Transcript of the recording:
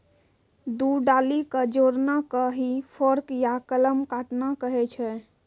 दू डाली कॅ जोड़ना कॅ ही फोर्क या कलम काटना कहै छ